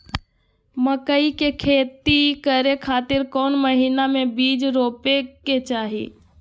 मकई के खेती करें खातिर कौन महीना में बीज रोपे के चाही?